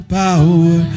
power